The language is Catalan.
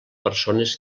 persones